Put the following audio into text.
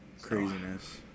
Craziness